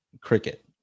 cricket